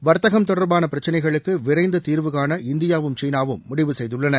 வர்த்தகம் தொடர்பான பிரச்னைகளுக்கு விரைந்து தீர்வுகாண இந்தியாவும் சீனாவும் முடிவு செய்துள்ளன